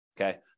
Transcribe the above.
okay